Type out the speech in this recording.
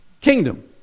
Kingdom